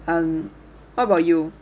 um what about you